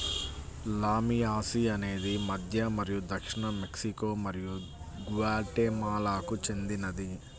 లామియాసి అనేది మధ్య మరియు దక్షిణ మెక్సికో మరియు గ్వాటెమాలాకు చెందినది